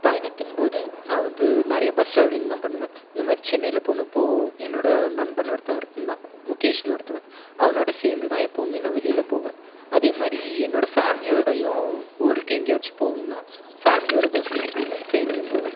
பயணத்தின்போது நான் வந்து நிறைய பஸ் ட்ராவலிங் தான் பண்ணுவேன் இந்தமாதிரி சென்னையில் போனப்போது என்னோடய நண்பன் ஒருத்தன் இருந்தான் முகேஷ்ன்னு ஒருத்தன் அவனோடு சேர்ந்துதான் எப்போதுமே நான் வெளியில் போவேன் அதேமாதிரி என்னோடய ஃபேமிலியோடையும் ஊருக்கு எங்கேயாச்சும் போகணுன்னால் ஃபேமிலியோடு பஸ்லியும் போவேன் ட்ரெயின்லேயும் போவேன்